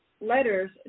letters